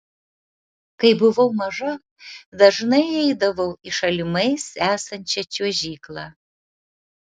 kai buvau maža dažnai eidavau į šalimais esančią čiuožyklą